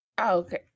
Okay